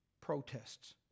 protests